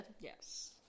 Yes